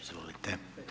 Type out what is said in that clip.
Izvolite.